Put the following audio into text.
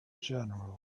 general